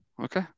okay